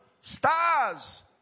Stars